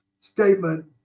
statement